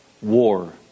war